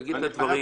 תגיד את הדברים.